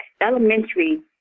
elementary